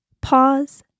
Pause